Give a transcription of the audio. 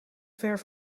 ver